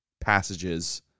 passages